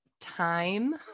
time